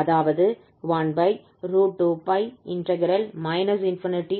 அதாவது 12π ∞f e k2te i∝xd∝